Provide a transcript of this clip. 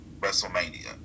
WrestleMania